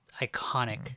iconic